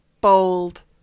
bold